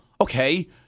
Okay